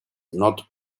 not